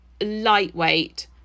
lightweight